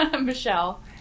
Michelle